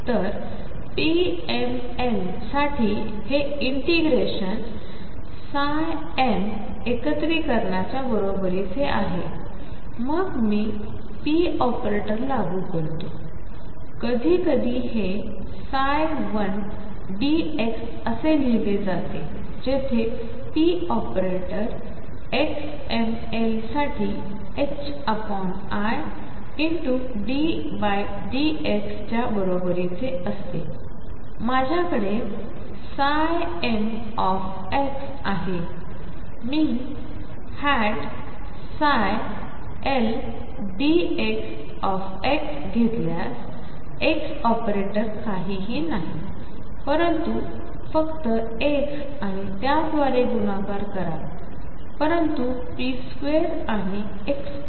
तर pml साठी आणि हे इंटिग्रेशन mएकत्रीकरणाच्या बरोबरीचे आहे मग मी p ऑपरेटर लागू करतो कधीकधी हे ldx असे लिहिले जाते जेथे p ऑपरेटर xml साठी iddx च्या बरोबरीचे असते माझ्याकडे m आहे मी हॅट ψ l dx घेतलास x ऑपरेटर काहीही नाही परंतु फक्त x आणि त्याद्वारे गुणाकार करा परंतु p2 आणि x2